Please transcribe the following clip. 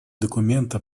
документа